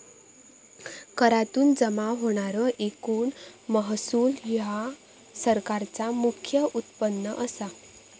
करातुन जमा होणारो एकूण महसूल ह्या सरकारचा मुख्य उत्पन्न असा